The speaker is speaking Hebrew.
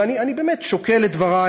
ואני באמת שוקל את דברי,